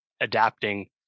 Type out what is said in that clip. adapting